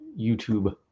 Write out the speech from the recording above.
YouTube